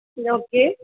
okay